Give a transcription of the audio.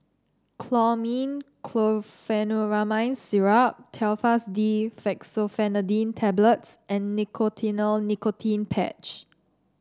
Chlormine Chlorpheniramine Syrup Telfast D Fexofenadine Tablets and Nicotinell Nicotine Patch